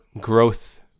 growth